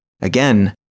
Again